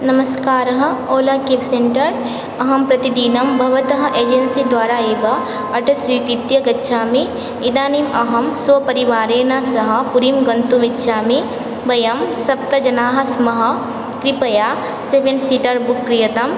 नमस्कारः Ola cab centre अहं प्रतिदिनं भवतः एजेन्सिद्वारा एव अटो स्वीकृत्य गच्छामि इदानीम् अहं स्वपरिवारेण सह पुरीं गन्तुम् इच्छामि वयं सप्त जनाः स्मः कृपया सेवेन् सीटर् बुक् क्रियताम्